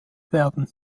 werden